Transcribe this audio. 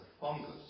fungus